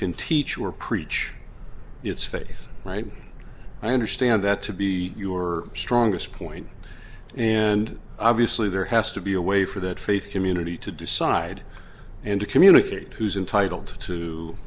can teach or preach its faith right i understand that to be your strongest point and obviously there has to be a way for that faith community to decide and to communicate who's intitled to